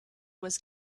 was